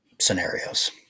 scenarios